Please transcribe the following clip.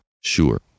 sure